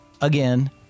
again